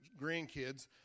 grandkids